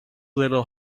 little